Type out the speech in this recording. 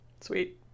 Sweet